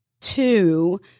two